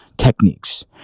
techniques